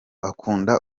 akunda